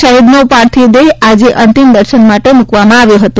શહીદનો પાર્થિવ દેહ આજે અંતિમ દર્શન માટે મૂકવામાં આવ્યો હતો